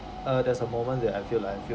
uh there's a moment that I feel like I feel